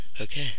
Okay